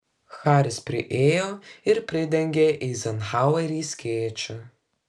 haris priėjo ir pridengė eizenhauerį skėčiu